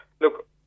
look